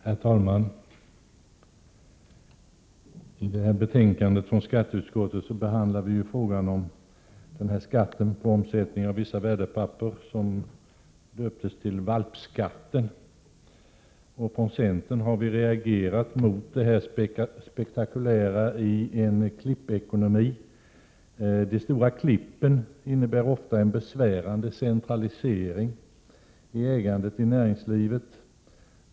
Herr talman! I detta betänkande från skatteutskottet behandlas frågan om skatten på omsättning av vissa värdepapper, den skatt som döptes till valpskatten. Från centern har vi reagerat mot det spektakulära i en klippekonomi. De stora klippen innebär ofta en besvärande centralisering i ägandet i näringslivet.